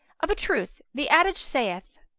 of a truth the adage saith,